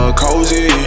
cozy